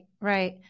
right